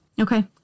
Okay